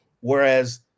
Whereas